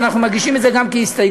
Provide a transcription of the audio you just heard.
ואנחנו מגישים את זה גם כהסתייגות,